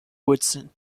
woodson